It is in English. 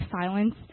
silence